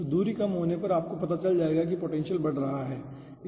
तो दूरी कम होने पर आपको पता चल जाएगा कि पोटेंशियल बढ़ रहा है ठीक है